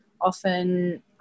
often